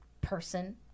person